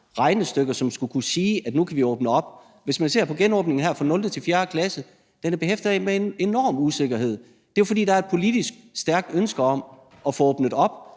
regnestykker, som skulle kunne vise, at vi nu kan åbne op? Hvis man ser på genåbningen her for 0. til 4. klasse, er den behæftet med en enorm usikkerhed. Det er jo, fordi der politisk er et stærkt ønske om at få åbnet op,